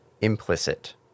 implicit